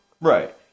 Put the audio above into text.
Right